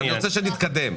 אני רוצה שנתקדם.